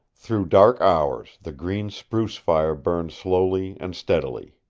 through dark hours the green spruce fire burned slowly and steadily.